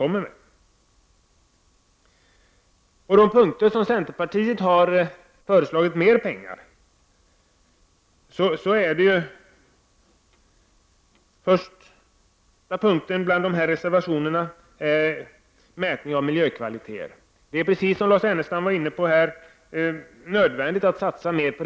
På några punkter har vi i centerpartiet föreslagit att mer pengar skall satsas. Först och främst gäller det mätningen av miljökvaliteter. Det är — och det var Lars Ernestam också inne på — nödvändigt att satsa mera på detta område.